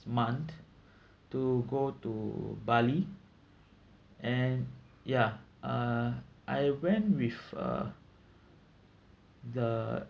month to go to bali and ya uh I went with uh the